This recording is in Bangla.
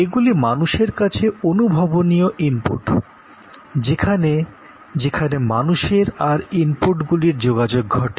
এগুলি মানুষের কাছে বাস্তব ইনপুট যেখানে যেখানে মানুষের আর ইনপুট গুলির যোগাযোগ ঘটে